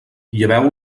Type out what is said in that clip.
lleveu